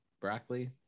broccoli